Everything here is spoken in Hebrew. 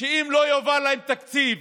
אם לא יועבר להם תקציב